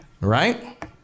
Right